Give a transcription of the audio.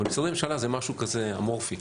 אבל משרדי ממשלה זה משהו כזה אמורפי.